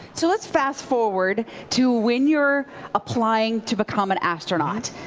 so let's fast forward to when you're applying to become an astronaut.